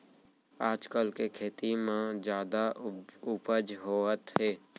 आजकाल के खेती म जादा उपज होवत हे